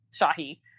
Shahi